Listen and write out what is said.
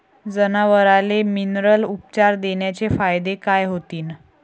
जनावराले मिनरल उपचार देण्याचे फायदे काय होतीन?